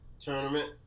tournament